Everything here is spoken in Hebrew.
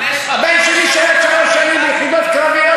הבן שלי שירת שלוש שנים ביחידות קרביות